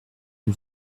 une